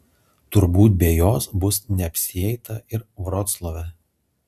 turbūt be jos bus neapsieita ir vroclave